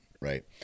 right